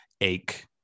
ache